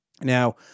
Now